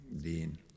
Dean